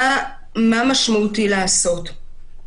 מה משמעותי לעשות?